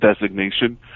designation